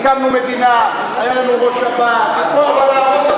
הקמנו מדינה, היה לנו ראש שב"כ, הכול.